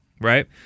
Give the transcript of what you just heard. right